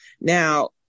now